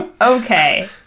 Okay